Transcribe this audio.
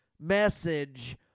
message